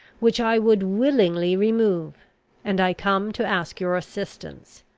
which i would willingly remove and i come to ask your assistance.